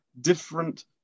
different